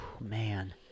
man